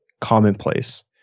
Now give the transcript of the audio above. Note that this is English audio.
commonplace